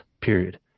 period